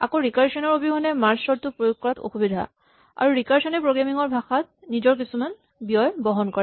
আকৌ ৰিকাৰচন ৰ অবিহনে মাৰ্জ চৰ্ট প্ৰয়োগ কৰাত অসুবিধা আৰু ৰিকাৰচন এ প্ৰগ্ৰেমিং ৰ ভাষাত নিজা কিছুমান ব্যয় বহন কৰে